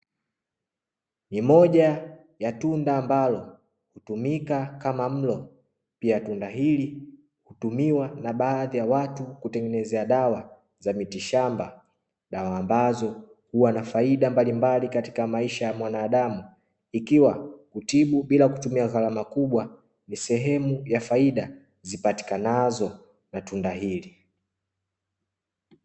Ni moja ya tunda ambalo hutumika kama mlo pia tunda hili hutumiwa na baadhi ya watu kutengenezea dawa za mitishamba. Dawa ambazo huwa na faida mbalimbali katika maisha ya mwanadamu ikiwa hutibu bila kutumia gharama kubwa, ni sehemu ya faida zipatikanazo za tunda hili.